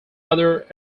other